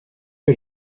que